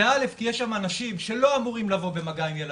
זה א' כי יש שם אנשים שלא אמורים לבוא במגע עם ילדים.